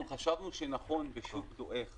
שנכון בשוק דועך